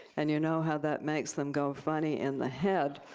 and you know how that makes them go funny in the head.